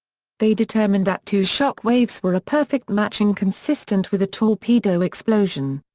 they determined that two shockwaves were a perfect match and consistent with a torpedo explosion.